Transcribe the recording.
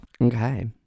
Okay